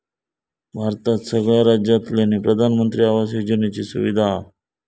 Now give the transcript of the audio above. भारतात सगळ्या राज्यांतल्यानी प्रधानमंत्री आवास योजनेची सुविधा हा